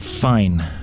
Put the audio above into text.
Fine